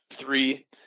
three